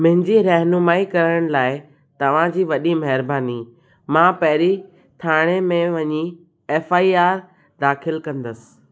मुंहिंजी रहिनुमाई करण लाइ तव्हां जी वॾी महिरबानी मां पहिरीं थाणे में वञी एफ़ आई आई आर दाख़िल कंदुसि